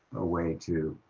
a way to